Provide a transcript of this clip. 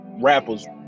rappers